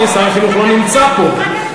שר החינוך לא נמצא פה,